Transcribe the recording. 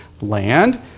land